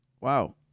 Wow